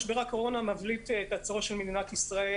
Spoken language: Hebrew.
משבר הקורונה מבליט את הצורך של מדינת ישראל